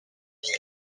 ville